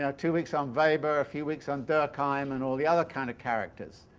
ah two weeks on weber, a few weeks on durkheim and all the other kind of characters.